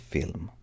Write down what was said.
Film